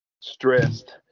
Stressed